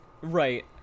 Right